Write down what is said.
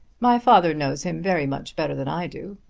my father knows him very much better than i do.